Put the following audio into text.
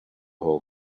whole